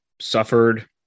suffered